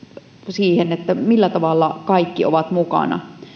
siihen millä tavalla kaikki ovat mukana